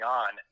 on